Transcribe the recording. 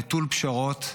נטול פשרות,